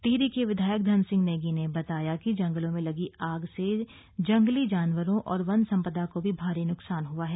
टिहरी के विधायक धन सिंह नेगी ने बताया कि जंगलों में लगी आग से जंगली जानवरों और वन संपदा को भी भारी न्कसान हआ है